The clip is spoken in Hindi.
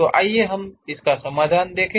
तो आइए हम समाधान देखें